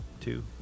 two